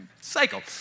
cycle